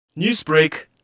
Newsbreak